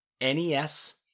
NES